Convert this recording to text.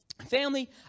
Family